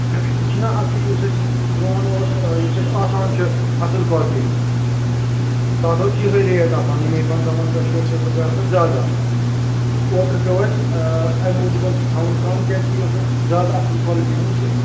یہِ چھُناہ اَصٕلی یُس اَسہِ پرٛون اوس یُس اَسہِ آسان چھُ اَصٕل کالٹی ہُنٛد تتھ ٲس یِہَے ریٹ آسان یِمَے پَنٛژاہ پَنٛژاہ شیٹھ شیٹھ رۄپیہِ آسہِ تتھ زیادٕ آسان تہٕ اوترٕ پٮ۪و اَسہِ آ اَمہِ موٗجوٗبَن تھاوُن کم کیٛازکہ یہِ اوس نہٕ زیادٕ اَصٕل کالٹی ہُنٛد کیٚنٛہہ